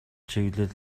чиглэл